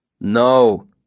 No